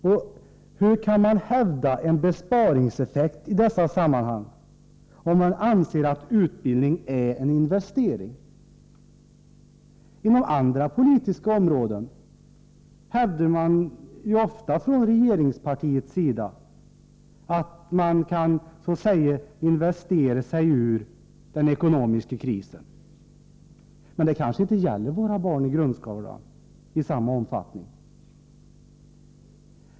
Och hur kan man hävda en besparingseffekt i dessa sammanhang, om man anser att utbildning är en investering? Inom andra politiska områden hävdar man ofta från regeringspartiets sida att vi kan så att säga investera oss ur den ekonomiska krisen, men det kanske inte i samma omfattning gäller våra barn i grundskolan.